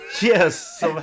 Yes